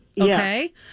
Okay